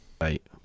right